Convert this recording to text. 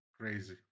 Crazy